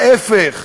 ההפך,